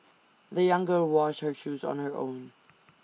the young girl washed her shoes on her own